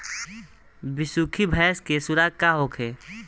बिसुखी भैंस के खुराक का होखे?